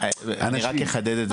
מה זאת אומרת,